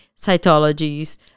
cytologies